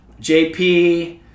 JP